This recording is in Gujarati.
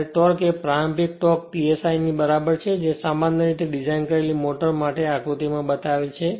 ત્યારે ટોર્ક એ પ્રારંભિક ટોર્ક T S I બરાબર છે જે સામાન્ય રીતે ડિઝાઇન કરેલી મોટર માટે આકૃતિમાં બતાવેલ છે